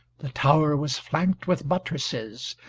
the tower was flanked with buttresses,